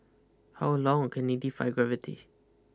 how long can he defy gravity